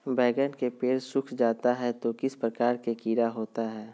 बैगन के पेड़ सूख जाता है तो किस प्रकार के कीड़ा होता है?